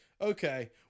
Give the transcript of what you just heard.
Okay